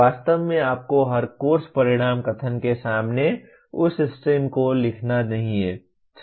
वास्तव में आपको हर कोर्स परिणाम कथन के सामने उस स्टेम को लिखना नहीं है